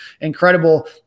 Incredible